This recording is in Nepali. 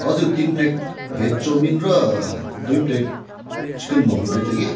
हजुर तिन प्लेट भेज चाउमिन र दुई प्लेट चिकन मोमो दिएको थिएँ कि